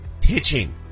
pitching